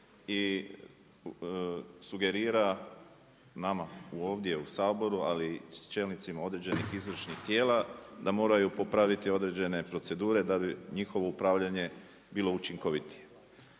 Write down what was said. i sugerira nama ovdje u Saboru, ali i čelnicima određenih izvršnih tijela da moraju popraviti određene procedure da bi njihovo upravljanje bilo učinkovitije.